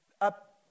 up